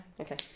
Okay